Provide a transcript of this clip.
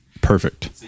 Perfect